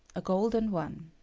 a golden one.